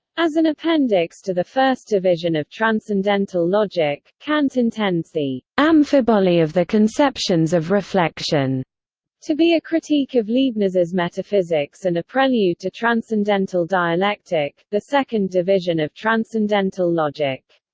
as an appendix to the first division of transcendental logic, kant intends the amphiboly of the conceptions of reflection to be a critique of leibniz's metaphysics and a prelude to transcendental dialectic, the second division of transcendental logic.